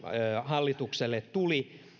hallitukselle tuli